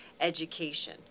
education